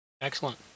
Excellent